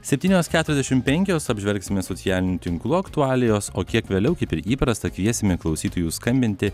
septynios keturiadešim penkios apžvelgsime socialinių tinklų aktualijos o kiek vėliau kaip ir įprasta kviesime klausytojus skambinti